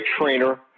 trainer